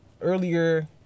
earlier